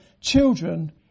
children